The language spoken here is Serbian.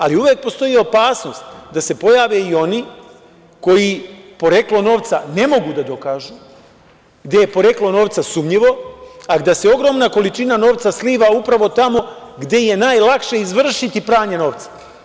Ali, uvek postoji opasnost da se pojave i oni koji poreklo novca ne mogu da dokažu, gde je poreklo novca sumnjivo, a da se ogromna količina novca sliva upravo tamo gde je najlakše izvršiti pranje novca.